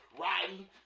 riding